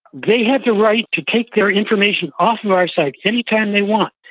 they have the right to take their information off of our site any time they want,